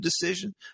decision